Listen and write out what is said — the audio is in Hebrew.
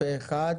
הצבעה אושר.